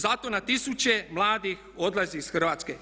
Zato na tisuće mladih odlazi iz Hrvatske.